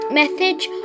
message